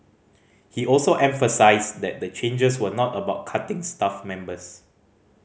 he also emphasised that the changes were not about cutting staff members